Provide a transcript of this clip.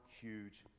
huge